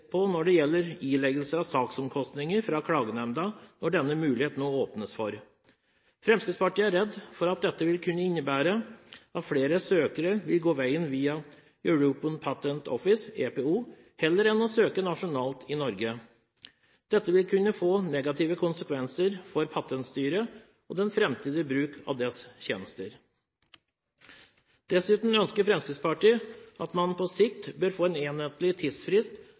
når det nå åpnes for Klagenemndas mulighet til å ilegge saksomkostninger. Fremskrittspartiet er redd for at dette vil kunne innebære at flere søkere heller vil gå veien via European Patent Office, EPO, enn å søke nasjonalt i Norge. Dette vil kunne få negative konsekvenser for Patentstyret og den framtidige bruk av dets tjenester. Dessuten ønsker Fremskrittspartiet at man på sikt bør få en enhetlig tidsfrist